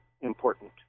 important